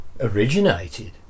originated